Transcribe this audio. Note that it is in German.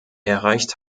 erreicht